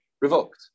revoked